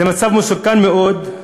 זה מצב מסוכן מאוד,